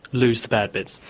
lose the bad bits?